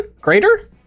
Greater